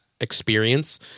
experience